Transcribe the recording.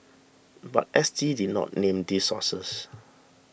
but S T did not name these sources